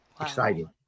Exciting